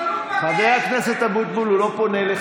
אבל הוא מבקש.